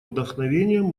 вдохновением